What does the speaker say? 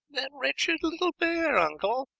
that wretched little bear, uncle?